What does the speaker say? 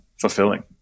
fulfilling